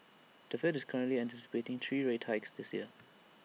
the fed is currently anticipating three rate hikes this year